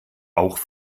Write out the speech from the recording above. auch